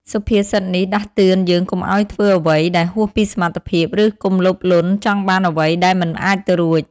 សុភាសិតនេះដាស់តឿនយើងកុំឱ្យធ្វើអ្វីដែលហួសពីសមត្ថភាព ឬកុំលោភលន់ចង់បានអ្វីដែលមិនអាចទៅរួច។